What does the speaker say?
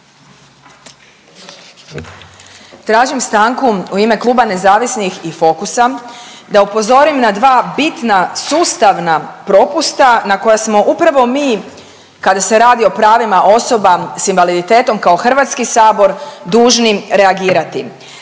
Tražim stanku u ime kluba nezavisnih i Fokusa da upozorim na dva bitna sustavna propusta na koja smo upravo mi kada se radi o pravima osoba sa invaliditetom kao Hrvatski sabor dužni reagirati.